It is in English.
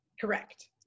Correct